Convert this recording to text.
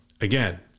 Again